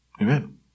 Amen